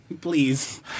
Please